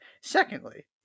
Secondly